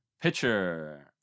pitcher